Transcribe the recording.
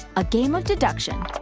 a game of deduction.